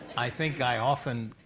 i think i often